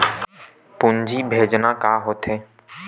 पूंजी भेजना का होथे?